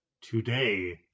today